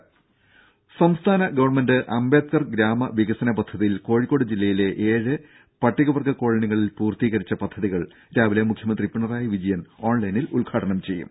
രുര സംസ്ഥാന ഗവൺമെന്റ് അംബേദ്ക്കർ ഗ്രാമവികസന പദ്ധതിയിൽ കോഴിക്കോട് ജില്ലയിലെ ഏഴ് പട്ടിക വർഗ കോളനികളിൽ പൂർത്തീകരിച്ച പദ്ധതികൾ രാവിലെ മുഖ്യമന്ത്രി പിണറായി വിജയൻ ഓൺലൈനിൽ ഉദ്ഘാടനം ചെയ്യും